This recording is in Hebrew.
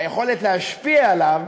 היכולת להשפיע עליו